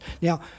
Now